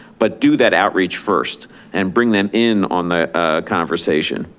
but do that outreach first and bring them in on the conversation.